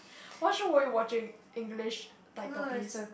what show were you watching English title please